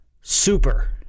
super